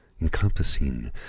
Encompassing